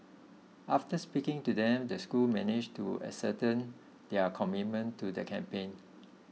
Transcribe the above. after speaking to them the school managed to ascertain their commitment to the campaign